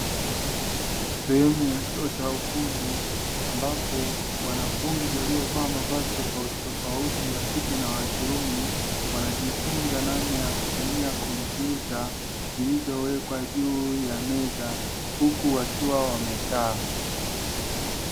Sehemu ya chuo cha ufundi, ambapo wanafunzi waliovaa mavazi tofautitofauti; wa kike na wa kiume, wanajifunza namna ya kutumia kompyuta zilizowekwa juu ya meza, huku wakiwa wamekaa.